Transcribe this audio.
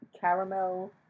caramel